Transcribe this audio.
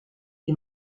est